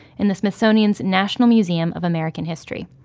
in the smithsonian's national museum of american history.